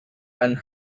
and